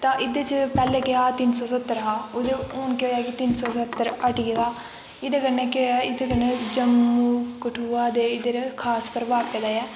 तां इ'दे च पैह्लें केह् हा तीन सौ सत्तर हा हून केह् होआ कि तीन सौ सत्तर हट्टी आ एह्दे कन्नै केह् होया एह्दे कन्नै जम्मू कठुआ दे इद्धर खास प्रभाव पेदा ऐ